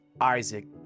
Isaac